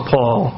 Paul